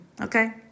Okay